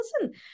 listen